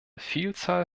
vielzahl